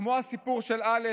כמו הסיפור של א',